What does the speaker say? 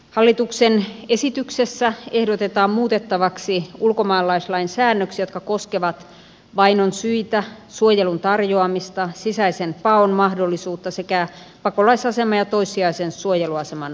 hallituksen esityksessä ehdotetaan muutettavaksi ulkomaalaislain säännöksiä jotka koskevat vainon syitä suojelun tarjoamista sisäisen paon mahdollisuutta sekä pakolaisaseman ja toissijaisen suojeluaseman lakkauttamista